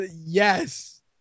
Yes